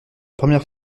première